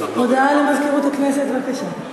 הודעה למזכירות הכנסת, בבקשה.